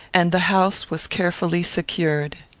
and the house was carefully secured.